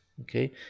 okay